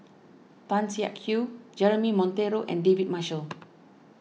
Tan Siak Kew Jeremy Monteiro and David Marshall